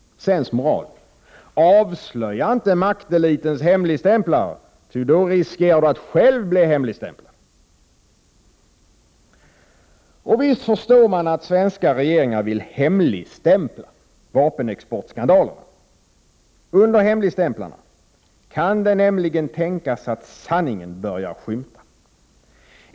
Sensmoral: Avslöja inte maktelitens hemligstämplare, ty då riskerar du att själv bli hemligstämplad. Visst förstår man att svenska regeringar vill hemligstämpla vapenexportskandalerna. Det kan nämligen tänkas att under hemligstämplarna börjar sanningen skymta.